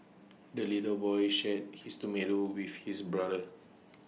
the little boy shared his tomato with his brother